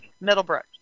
Middlebrook